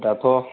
दाथ'